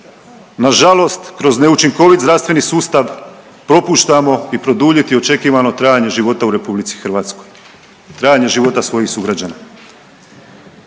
na žalost kroz neučinkovit zdravstveni sustav propuštamo i produljiti očekivano trajanje života u Republici Hrvatskoj, trajanje života svojih sugrađana.